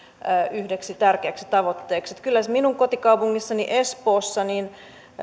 yhdeksi tärkeäksi tavoitteeksi kyllä minun kotikaupungissani espoossa